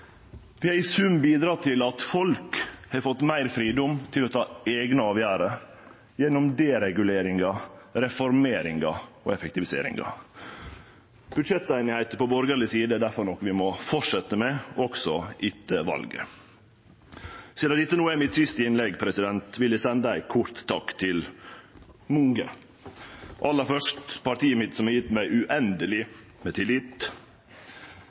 Vi har i sum bidrege til at folk har fått meir fridom til å ta eigne avgjerder gjennom dereguleringar, reformeringar og effektiviseringar. Budsjettsemje på borgarleg side er difor noko vi må fortsette med også etter valet. Sidan dette no er mitt siste innlegg, vil eg sende ein kort takk til mange – aller først til partiet mitt, som har gjeve meg uendeleg tillit,